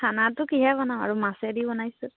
খানাটো কিহে বনাওঁ আৰু মাছেদি বনাইছোঁ